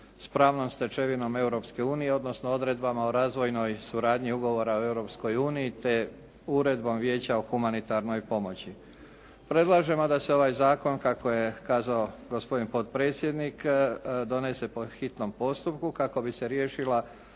pravnom stečevinom Europske unije, odnosno odredbama o razvojnoj suradnji ugovora o Europskoj uniji, te Uredbom Vijeća o humanitarnoj pomoći. Predlažemo da se ovaj zakon kako je kazao gospodin potpredsjednik donese po hitnom postupku kako bi se riješila